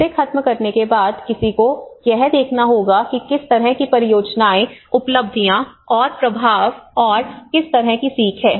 इसे खत्म करने के बाद किसी को यह देखना होगा कि किस तरह की परियोजनाएं उपलब्धियां और प्रभाव और किस तरह की सीख है